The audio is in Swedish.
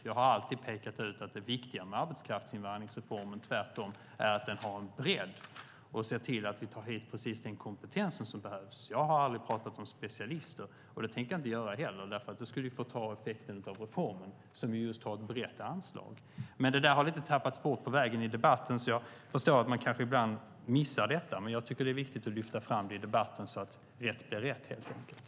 Jag har alltid pekat ut att det viktiga med arbetskraftsinvandringsreformen tvärtom är att den har en bredd och ser till att vi tar hit precis den kompetens som behövs. Jag har aldrig pratat om specialister, och det tänker jag inte göra heller, för det skulle förta effekten av reformen, som just har ett brett anslag. Det där har tappats bort lite på vägen i debatten, så jag förstår att man kanske ibland missar detta. Men jag tycker att det är viktigt att lyfta fram det i debatten så att rätt blir rätt, helt enkelt.